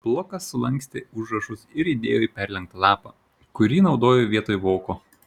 blokas sulankstė užrašus ir įdėjo į perlenktą lapą kurį naudojo vietoj voko